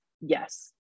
Yes